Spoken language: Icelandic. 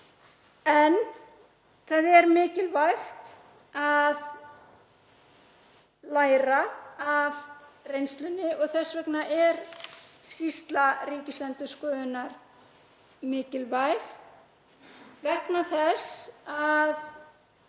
En það er mikilvægt að læra af reynslunni og þess vegna er skýrsla Ríkisendurskoðunar mikilvæg, það